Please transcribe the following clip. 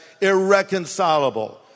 irreconcilable